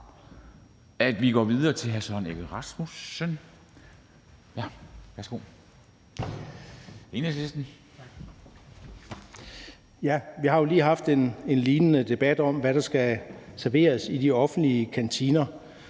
(Ordfører) Søren Egge Rasmussen (EL): Vi har jo lige haft en lignende debat om, hvad der skal serveres i de offentlige kantiner,